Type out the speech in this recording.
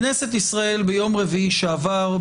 כנסת ישראל ביום רביעי שעבר,